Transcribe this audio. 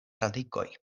radikoj